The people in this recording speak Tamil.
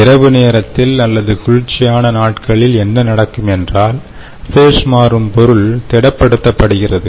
இரவு நேரத்தில் அல்லது குளிர்ச்சியான நாட்களில் என்ன நடக்கும் என்றால் ஃபேஸ் மாறும் பொருள் திடப் படுத்தப்படுகிறது